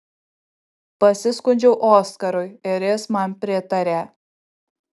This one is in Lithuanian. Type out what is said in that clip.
pasiskundžiau oskarui ir jis man pritarė